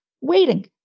Waiting